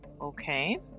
okay